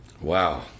Wow